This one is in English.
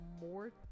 more